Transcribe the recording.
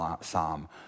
psalm